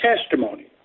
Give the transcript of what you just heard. testimony